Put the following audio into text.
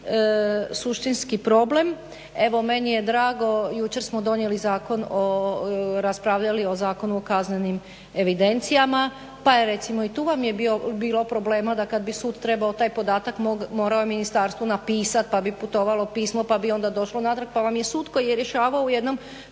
suštinski problem. Evo meni je drago, jučer smo raspravljali o Zakonu o kaznenim evidencijama pa je recimo i tu je bilo problema da kada bi sud trebao taj podatak morao je ministarstvu napisati pa bi putovalo pismo, pa bi onda došlo natrag pa vam je sud koji je rješavao u jednom